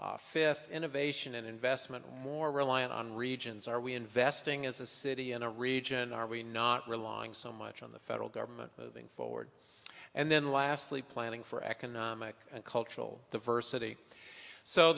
fifth innovation and investment more reliant on regions are we investing as a city in a region are we not relying so much on the federal government moving forward and then lastly planning for economic and cultural diversity so